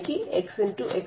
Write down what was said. यानी कि x0